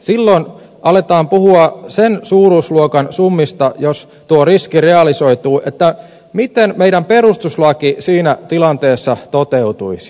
silloin aletaan puhua sen suuruusluokan summista että jos tuo riski realisoituu niin miten meidän perustuslakimme siinä tilanteessa toteutuisi